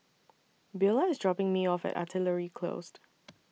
Beulah IS dropping Me off At Artillery Close